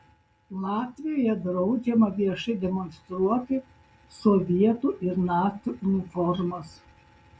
latvijoje draudžiama viešai demonstruoti sovietų ir nacių uniformas